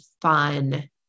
fun